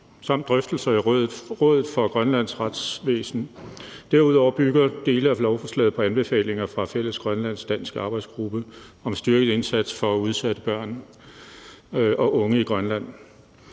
samt drøftelser i Rådet for Grønlands Retsvæsen. Derudover bygger dele af lovforslaget på anbefalinger fra en fælles grønlandsk-dansk arbejdsgruppe om styrket indsats for udsatte børn og unge i Grønland.